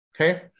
okay